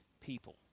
people